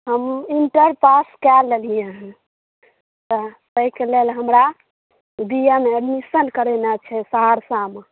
हम inter pass कय लेलियै हँ ताहिके लेल हमरा बी ए मे एडमिशन करेनाइ छै सहरसामे